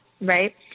right